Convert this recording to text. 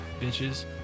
bitches